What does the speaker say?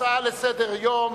הצעה לסדר-היום.